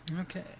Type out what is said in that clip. Okay